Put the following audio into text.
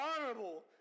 honorable